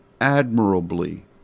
admirably